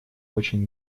очень